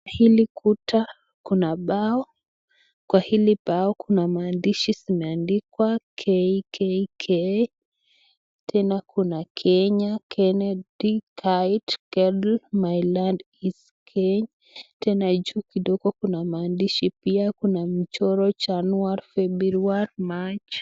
Hili kuta kuna bao. Kwa hili bao kuna maandishi zimeandikwa K K K, tena kuna Kenya, Kennedy, Kite, Kettle, My land is Kenya. Tena juu kidogo kuna maandishi pia kuna michoro: January, February, March.